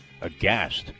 aghast